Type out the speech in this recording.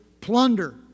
plunder